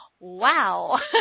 Wow